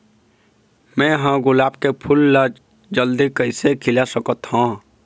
मैं ह गुलाब के फूल ला जल्दी कइसे खिला सकथ हा?